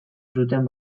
zuten